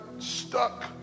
Stuck